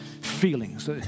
feelings